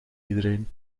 iedereen